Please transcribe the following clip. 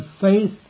faith